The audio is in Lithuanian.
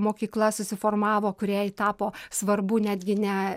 mokykla susiformavo kuriai tapo svarbu netgi ne